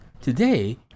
Today